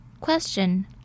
Question